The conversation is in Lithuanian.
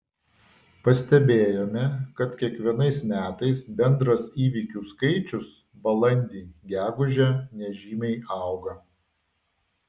pastebėjome kad kiekvienais metais bendras įvykių skaičius balandį gegužę nežymiai auga